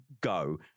go